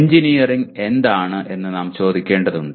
engineering എന്താണ് എന്ന് നാം ചോദിക്കേണ്ടതുണ്ട്